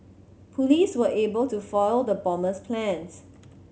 police were able to foil the bomber's plans